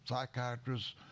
psychiatrists